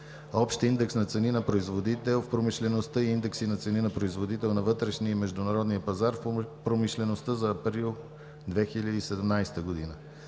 общ индекс на цени на производител в промишлеността и индекси на цени на производител на вътрешния и международния пазар в промишлеността за април 2017 г.,